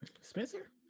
Spencer